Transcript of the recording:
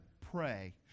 pray